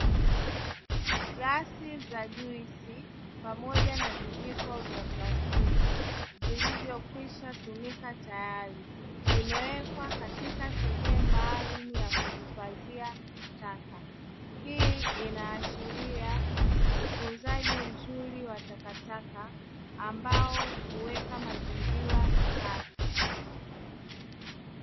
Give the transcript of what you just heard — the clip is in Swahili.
Glasi za juisi pamoja na vijiko vya plastiki vilivyokwisha tumika tayari vimewekwa katika sehemu maalumu ya kuhifadhia taka, hii ina ashiria utunzaji mzuri wa takataka ambao huweka mazingira safi.